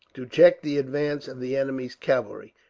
to check the advance of the enemy's cavalry.